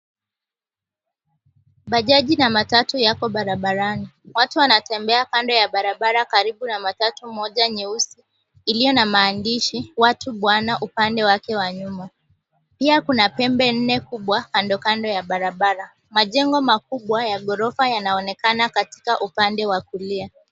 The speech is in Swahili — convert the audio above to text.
Bajaji na matatu yamo barabarani, watu wanatembea kando ya barabara karibu na matatu Moja nyeusi iliyo na maandishi watu bwana upande wake wa nyuma pia kuna pembeni nne nyuma kando kando ya barabara, majengo makubwa ya ghorofa yanaonekana katika upande wa kulia.